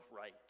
right